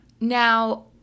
Now